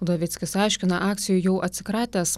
udovickis aiškina akcijų jau atsikratęs